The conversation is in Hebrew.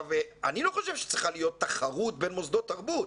אני לא חושב שצריכה להיות תחרות בין מוסדות תרבות,